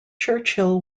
churchill